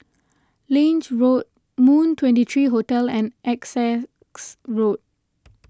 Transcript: Lange Road Moon twenty three Hotel and Essex Road